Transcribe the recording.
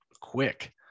quick